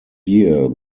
year